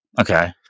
Okay